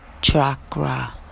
chakra